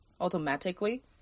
automatically